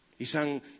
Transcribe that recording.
isang